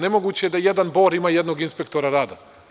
Nemoguće da jedan Bor ima jednog inspektora rada.